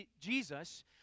Jesus